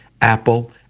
apple